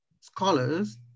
scholars